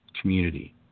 community